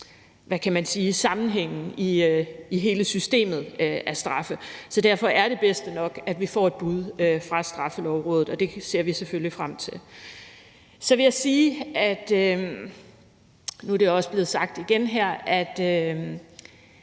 nok ikke helt sammenhængen i hele systemet af straffe. Så derfor er det bedste nok, at vi får et bud fra Straffelovrådet, og det ser vi selvfølgelig frem til. Nu er det også blevet sagt igen her, at